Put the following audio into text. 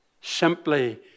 Simply